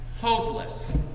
hopeless